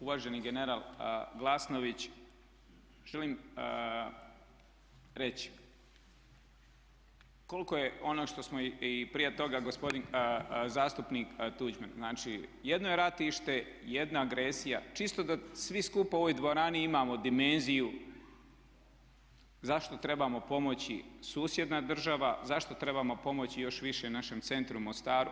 Uvaženi general Glasnović, želim reći koliko je ono što smo, i prije gospodin zastupnik Tuđman, jedno je ratište, jedna agresija čisto da svi skupa u ovoj dvorani imamo dimenziju zašto trebamo pomoći susjednoj državi, zašto trebamo pomoći još više našem centru u Mostaru?